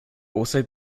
also